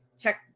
check